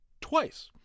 twice